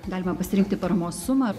galima pasirinkti paramos sumą